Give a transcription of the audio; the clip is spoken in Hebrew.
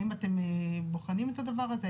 האם אתם בוחנים את הדבר הזה?